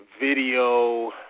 Video